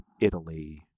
Italy